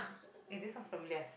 is this sound familiar